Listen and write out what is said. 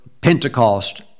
Pentecost